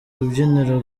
rubyiniro